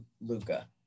Luca